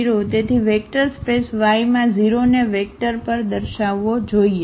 તેથી vector space Y માં 0 ને 0 વેક્ટર પર દર્શાવવો જોઈએ